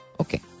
Okay